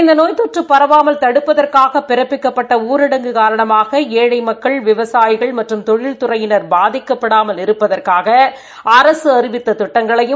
இந்த நோய் தொற்று பரவாமல் தடுப்பதற்காக பிறப்பிக்கப்பட்ட ஊரடங்கு காரணமாக ஏழழ மக்கள் விவசாயிகள் மற்றும் தொழில்துறையினா் பாதிக்கப்படாமல் இருப்பதற்காக அரக அறிவித்த திட்டங்களையும்